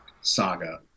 saga